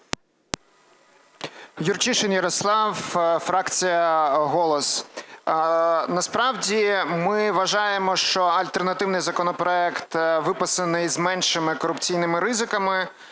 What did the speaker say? Юрчишин Ярослав, фракція "Голос". Насправді ми вважаємо, що альтернативний законопроект виписаний з меншими корупційними ризиками.